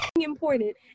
important